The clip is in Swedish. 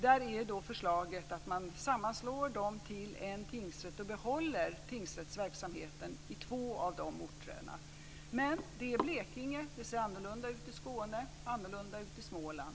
Där är förslaget att slå samman dem till en tingsrätt och behålla tingsrättsverksamheten i två av orterna. Men det är Blekinge. Det ser annorlunda ut i Skåne, och det ser annorlunda ut i Småland.